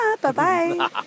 Bye-bye